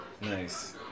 nice